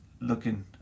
looking